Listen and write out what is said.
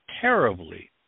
terribly